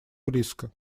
близко